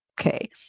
okay